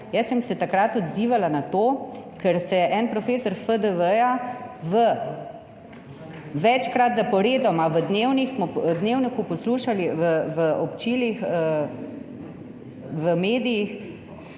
Jaz sem se takrat odzivala na to, ker smo od enega profesorja FDV večkrat zaporedoma v Dnevniku poslušali, v občilih, v medijih